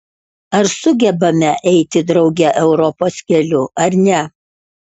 ar sugebame eiti drauge europos keliu ar ne